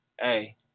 hey